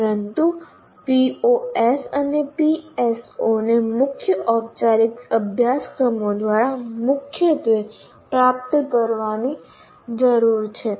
પરંતુ POs અને PSO ને મુખ્ય ઔપચારિક અભ્યાસક્રમો દ્વારા મુખ્યત્વે પ્રાપ્ત કરવાની જરૂર છે